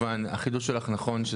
החידוד שלך נכון,